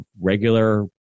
regular